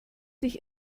dich